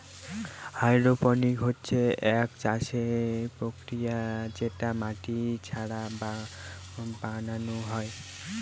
hydroponics হচ্ছে একটি চাষের প্রক্রিয়া যেটা মাটি ছাড়া বানানো হয়